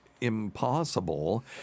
impossible